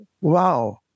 wow